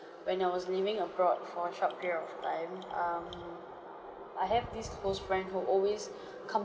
when I was living abroad for a short period of time um I have this close friend who always come